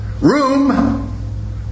Room